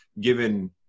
given